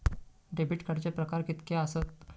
Debit कार्डचे प्रकार कीतके आसत?